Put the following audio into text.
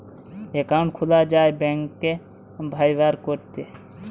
account খুলা যায় bank ব্যাভার ক্যরতে